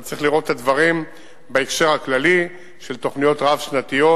אבל צריך לראות את הדברים בהקשר הכללי של תוכניות רב-שנתיות,